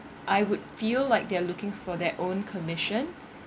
I would feel like they're looking for their own commission